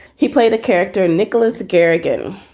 he played a character, nicholas garrigan.